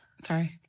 Sorry